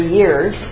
years